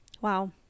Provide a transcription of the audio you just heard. wow